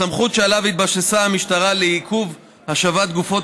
הסמכות שעליה התבססה המשטרה לעיכוב השבת גופות